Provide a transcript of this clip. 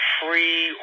free